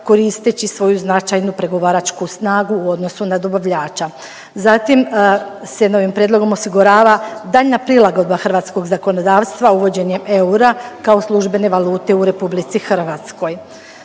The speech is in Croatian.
koristeći svoju značajnu pregovaračku snagu u odnosu na dobavljača. Zatim se novim prijedlogom osigurava daljnja prilagodba hrvatskog zakonodavstva, uvođenjem eura kao službene valute u RH. Naravno,